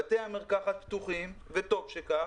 בתי המרקחת פתוחים, וטוב שכך.